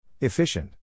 Efficient